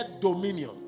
dominion